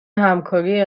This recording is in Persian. همکاری